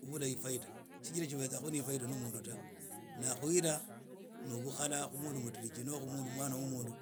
Khubula ifaida shijira ibeza khu na ifaida no mundu ta na khuhira nu bukhala khu mundu mudiriji noho khu mundu khu mwana wo mundu